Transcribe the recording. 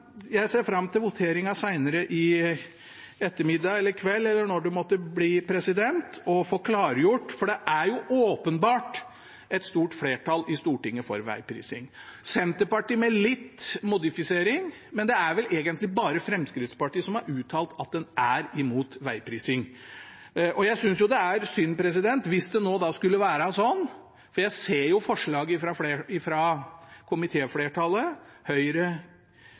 Jeg ser fram til voteringen senere i ettermiddag eller kveld, eller når det måtte bli, for å få klargjort dette. Det er jo åpenbart et stort flertall i Stortinget for vegprising, Senterpartiet med litt modifisering, men det er vel egentlig bare Fremskrittspartiet som har uttalt at de er imot vegprising. Jeg synes det er synd hvis det skulle være sånn – jeg ser jo